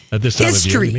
history